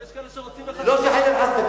אבל יש כאלה שרוצים, לא, חלילה וחס.